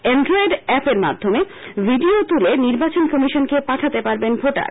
Android এপের মাধ্যমে video তুলে নির্বাচন কমিশনকে পাঠাতে পারবেন ভোটার